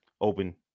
open